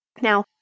Now